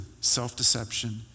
self-deception